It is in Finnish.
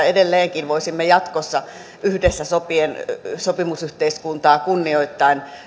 edelleenkin voisimme jatkossa yhdessä sopien sopimusyhteiskuntaa kunnioittaen